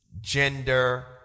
gender